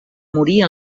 morir